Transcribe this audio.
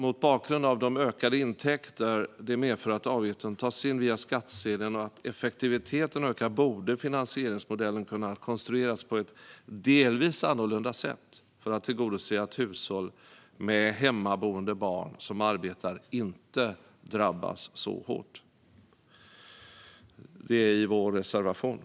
Mot bakgrund av de ökade intäkter det medför att avgiften tas in via skattsedeln samt den ökade effektiviteten borde finansieringsmodellen kunna konstrueras på ett delvis annorlunda sätt för att tillgodose att hushåll med hemmaboende barn som arbetar inte drabbas så hårt. Detta skriver vi också i vår reservation.